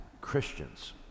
Christians